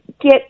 get